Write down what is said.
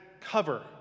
cover